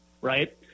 right